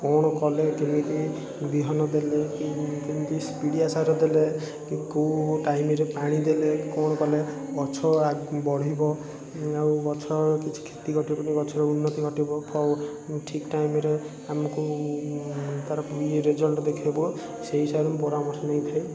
କ'ଣ କଲେ କେମିତି ବିହନ ଦେଲେ କେମିତି ପିଡ଼ିଆ ସାର ଦେଲେ କି କେଉଁ ଟାଇମ୍ରେ ପାଣିଦେଲେ କ'ଣ କଲେ ଗଛ ଆଗକୁ ବଢ଼ିବ ଆଉ ଗଛର କିଛି କ୍ଷତି ଘଟିବନି ଗଛର ଉନ୍ନତି ଘଟିବ ଠିକ୍ ଟାଇମ୍ରେ ଆମକୁ ତା'ର ଇଏ ରେଜଲ୍ଟ ଦେଖେଇବ ସେହି ହିସାବରେ ପରାମର୍ଶ ନେଇଥାଏ